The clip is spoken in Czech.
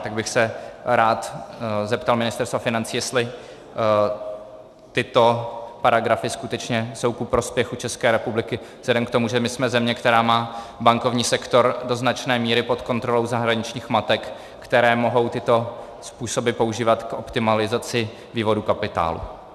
Tak bych se rád zeptal Ministerstva financí, jestli tyto paragrafy skutečně jsou ku prospěchu České republiky vzhledem k tomu, že my jsme země, která má bankovní sektor do značné míry pod kontrolou zahraničních matek, které mohou tyto způsoby používat k optimalizaci vývodu kapitálu.